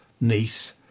niece